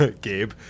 Gabe